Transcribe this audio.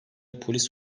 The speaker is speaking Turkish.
polis